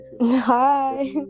hi